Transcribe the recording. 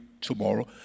tomorrow